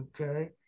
okay